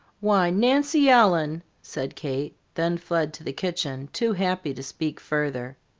why, nancy ellen! said kate, then fled to the kitchen too happy to speak further.